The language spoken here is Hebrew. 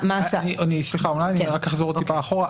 אולי אחזור טיפה אחורה.